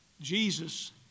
Jesus